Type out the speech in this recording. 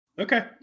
Okay